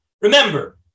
Remember